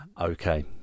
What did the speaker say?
Okay